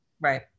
Right